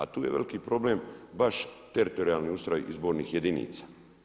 A tu je veliki problem baš teritorijalni ustroj izbornih jedinica.